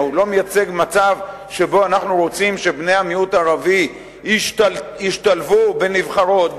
הוא לא מייצג מצב שבו אנחנו רוצים שבני המיעוט הערבי ישתלבו בנבחרות,